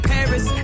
Paris